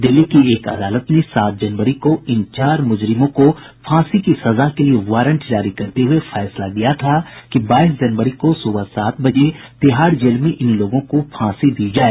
दिल्ली की एक अदालत ने सात जनवरी को इन चार मूजरिमों को फांसी की सजा के लिए वारंट जारी करते हुए फैसला दिया था कि बाईस जनवरी को सुबह सात बजे तिहाड़ जेल में इन लोगों को फांसी दी जाए